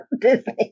Disney